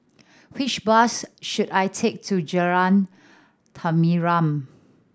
which bus should I take to Jalan Tenteram